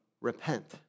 repent